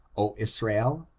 o israel!